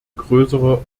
größere